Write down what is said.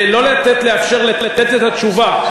לא לאפשר לתת את התשובה,